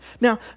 Now